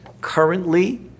currently